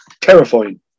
Terrifying